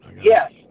Yes